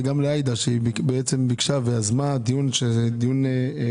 וגם לעאידה, שהיא בעצם ביקשה ויזמה דיון המשך.